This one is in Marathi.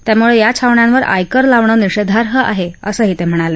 त्यामुळे या छावण्यांवर आयकर लावणं निषेधार्ह आहे असं ते म्हणाले